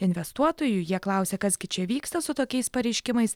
investuotojų jie klausia kas gi čia vyksta su tokiais pareiškimais